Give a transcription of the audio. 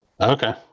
Okay